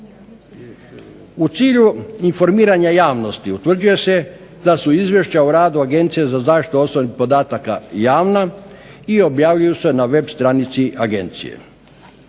U cilju informiranja javnosti utvrđuje se da su izvješća o radu Agencija za zaštitu osobnih podatka javna i objavljuju se na web stranici agencije.